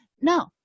No